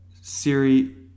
Siri